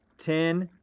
ten,